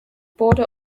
border